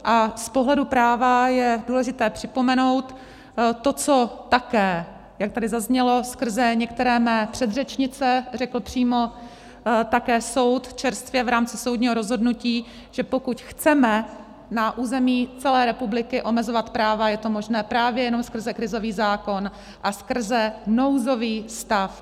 A z pohledu práva je důležité připomenout to, co také, jak tady zaznělo skrze některé mé předřečnice, řekl přímo také soud čerstvě v rámci soudního rozhodnutí, že pokud chceme na území celé republiky omezovat práva, je to možné právě jenom skrze krizový zákonem a skrze nouzový stav.